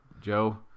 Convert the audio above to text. Joe